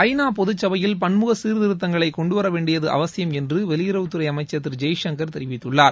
ஐ நா பொதுசபையை பன்முக சீர்திருத்தங்களை கொண்டுவரவேண்டியது அவசியம் என்று வெளியுறவுத்துறை அமைச்சர் திரு ஜெய்சங்கர் தெரிவித்துள்ளார்